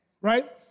right